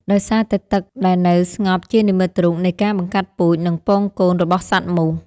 ដោយសារតែទឹកដែលនៅស្ងប់ជានិមិត្តរូបនៃការ បង្កាត់ពូជ និងពងកូន របស់សត្វមូស។